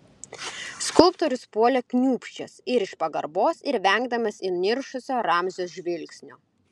skulptorius puolė kniūbsčias ir iš pagarbos ir vengdamas įniršusio ramzio žvilgsnio